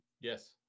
yes